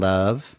Love